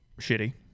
shitty